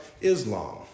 Islam